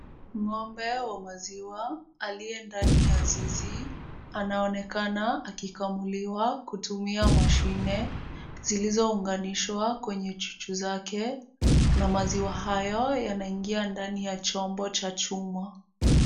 Ng'ombe wa maziwa aliye ndani ya zizi anaonekana akikamuliwa kutumia mashine zilizounganishwa kwenye chuchu zake na maziwa hayo yanaingia ndani ya chombo cha chuma.